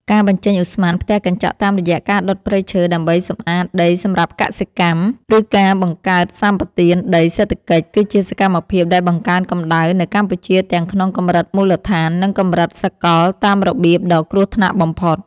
ការបញ្ចេញឧស្ម័នផ្ទះកញ្ចក់តាមរយៈការដុតព្រៃឈើ ដើម្បីសម្អាតដីសម្រាប់កសិកម្ម ឬការបង្កើតសម្បទានដីសេដ្ឋកិច្ច គឺជាសកម្មភាពដែលបង្កើនកម្ដៅនៅកម្ពុជាទាំងក្នុងកម្រិតមូលដ្ឋាន និងកម្រិតសកលតាមរបៀបដ៏គ្រោះថ្នាក់បំផុត។